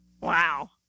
Wow